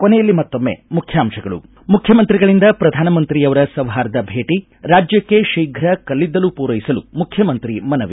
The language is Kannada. ಕೊನೆಯಲ್ಲಿ ಮತ್ತೊಮ್ಮೆ ಮುಖ್ಯಾಂಶಗಳು ಮುಖ್ಯಮಂತ್ರಿಗಳಿಂದ ಪ್ರಧಾನಮಂತ್ರಿಯವರ ಸೌಹಾರ್ದ ಭೇಟಿ ರಾಜ್ಯಕ್ಷ ಶೀಘ್ರ ಕಲ್ಲಿದ್ದಲು ಪೂರೈಸಲು ಮುಖ್ಯಮಂತ್ರಿ ಮನವಿ